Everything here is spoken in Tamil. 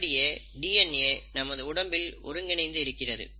இப்படியே டிஎன்ஏ நமது உடம்பில் ஒருங்கிணைந்து இருக்கிறது